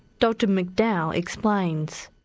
dr mcdowell explains.